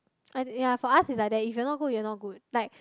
i~ ya for us it's like that if you're not good you're not good like